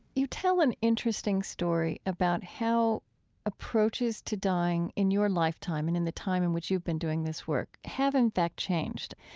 you tell an interesting story about how approaches to dying in your lifetime and in the time in which you've been doing this work have, in fact, changed,